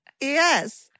Yes